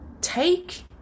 take